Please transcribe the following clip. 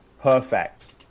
perfect